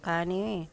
కానీ